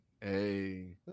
Hey